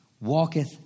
walketh